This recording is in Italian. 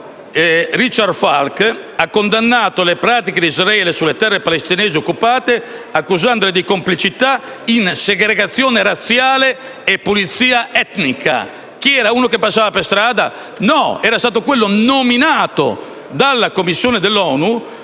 stampa, ha condannato le pratiche di Israele sulle terre palestinesi occupate, accusandolo di complicità in segregazione razziale e pulizia etnica. Era forse uno che passava per strada? No, era stato nominato relatore su queste